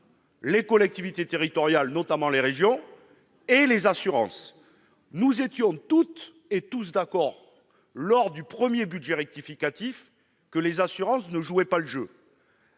les collectivités territoriales, notamment les régions, et les assurances. Nous étions toutes et tous d'accord, lors du premier budget rectificatif, pour dire que les assurances ne jouaient pas le jeu.